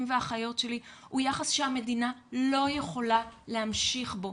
והאחיות שלי הוא יחס שהמדינה לא יכולה להמשיך בו.